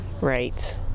Right